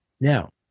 Now